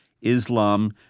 Islam